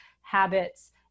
habits